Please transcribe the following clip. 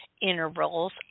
intervals